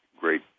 great